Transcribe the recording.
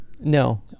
No